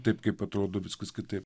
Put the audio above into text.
taip kaip atrodo viskas kitaip